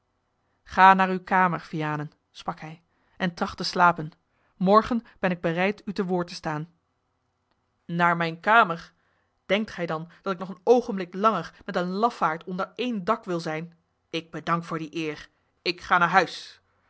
ga naar uwe kamer vianen sprak hij en tracht te slapen morgen ben ik bereid u te woord te staan naar mijne kamer denkt gij dan dat ik nog een oogenblik langer met een lafaard onder één dak wil zijn ik bedank voor die eer ik ga naar huis